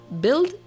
build